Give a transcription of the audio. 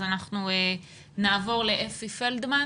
אנחנו נעבור לאפי פלדמן